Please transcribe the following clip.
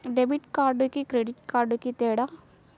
Debit కార్డుకి credit కార్డుకి తేడా?